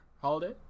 holiday